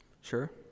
sure